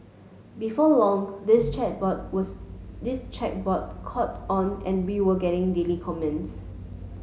before long this chat board was this chat board caught on and we were getting daily comments